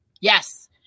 Yes